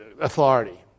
authority